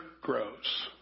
grows